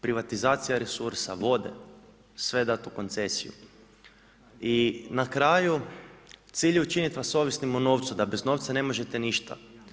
Privatizacija resursa, vode, sve dat u koncesiju i na kraju, cilj je učiniti vas ovisnim o novcu, da bez novca ne možete ništa.